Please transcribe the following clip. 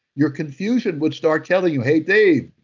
your confusion would start telling you hey, dave,